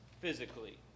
physically